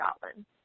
Scotland